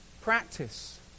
practice